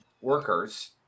workers